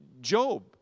Job